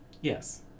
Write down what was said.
Yes